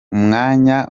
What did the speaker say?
umwanya